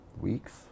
weeks